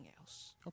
else